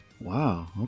Wow